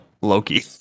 Loki